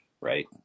Right